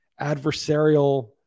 adversarial